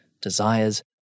desires